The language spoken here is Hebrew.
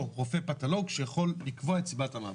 רופא פתולוג שיכול לקבוע את סיבת המוות.